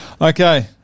Okay